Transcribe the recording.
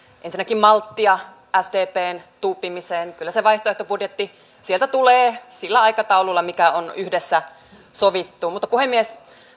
ensinnäkin malttia sdpn tuuppimiseen kyllä se vaihtoehtobudjetti sieltä tulee sillä aikataululla mikä on yhdessä sovittu puhemies